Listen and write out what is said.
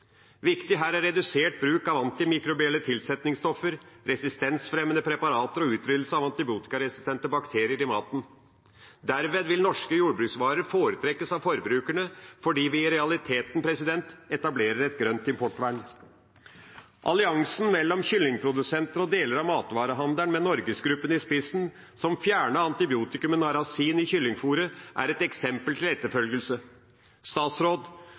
Viktig her er redusert bruk av antimikrobielle tilsetningsstoffer og resistensfremmende preparater og utryddelse av antibiotikaresistente bakterier i maten. Derved vil norske jordbruksvarer foretrekkes av forbrukerne, fordi vi i realiteten etablerer et grønt importvern. Alliansen mellom kyllingprodusenter og deler av matvarehandelen, med NorgesGruppen i spissen, som fjernet antibiotikumet narasin i kyllingfôret, er et eksempel til etterfølgelse.